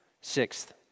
Sixth